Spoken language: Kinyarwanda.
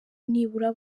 nibura